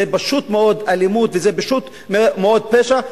זה פשוט מאוד אלימות וזה פשוט מאוד פשע.